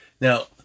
now